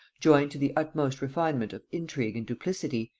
joined to the utmost refinement of intrigue and duplicity,